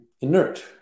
inert